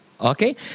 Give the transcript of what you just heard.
Okay